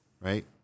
right